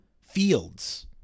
Fields